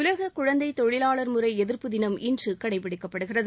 உலக குழந்தை தொழிலாளர் முறை எதிர்ப்பு தினம் இன்று கடைபிடிக்கப்படுகிறது